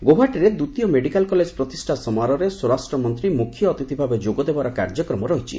ଗୌହାଟୀଠାରେ ଦ୍ୱିତୀୟ medical college ପ୍ରତିଷ୍ଠା ସମାରୋହରେ ସ୍ୱରାଷ୍ଟ୍ର ମନ୍ତ୍ରୀ ମୁଖ୍ୟ ଅତିଥି ଭାବରେ ଯୋଗଦେବାର କାର୍ଯ୍ୟକ୍ରମ ରହିଛି